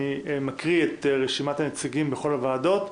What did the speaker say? אני מקריא את רשימת הנציגים בכל הוועדות,